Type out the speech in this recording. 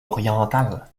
orientale